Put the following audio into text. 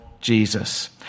Jesus